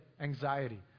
Anxiety